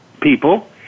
people